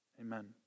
Amen